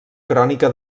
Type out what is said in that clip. crònica